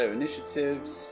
initiatives